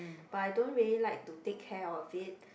but I don't really like to take care of it